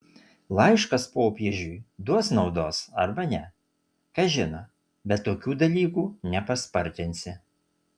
laiškas popiežiui duos naudos arba ne kas žino bet tokių dalykų nepaspartinsi